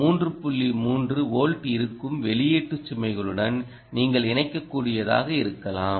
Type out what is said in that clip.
3 volt இருக்கும் வெளியீட்டு சுமைகளுடன் நீங்கள் இணைக்கக்கூடியதாக இருக்கலாம்